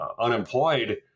unemployed